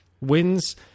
wins